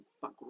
fuck